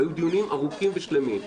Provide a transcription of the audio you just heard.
והיו דיונים ארוכים ושלמים,